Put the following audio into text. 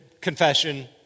confession